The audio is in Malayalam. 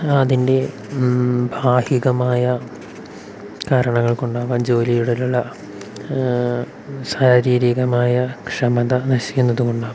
അതിൻ്റെ ബാഹികമായ കാരണങ്ങൾ കൊണ്ടാവാം ജോലിയിലുള്ള ശാരീരീകമായ ക്ഷമത നശിക്കുന്നത് കൊണ്ടാവാം